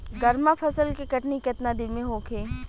गर्मा फसल के कटनी केतना दिन में होखे?